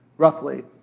roughly,